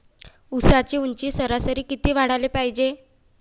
ऊसाची ऊंची सरासरी किती वाढाले पायजे?